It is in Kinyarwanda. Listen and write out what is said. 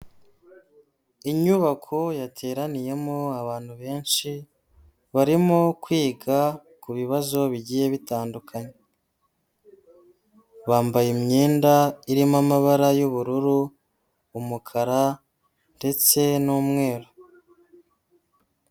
Inyubako yateraniyemo abantu benshi, barimo kwiga ku bibazo bigiye bitandukanye, bambaye imyenda irimo amabara y'ubururu, umukara ndetse n'umweru.